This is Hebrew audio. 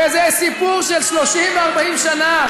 וזה סיפור של 30 ו-40 שנה.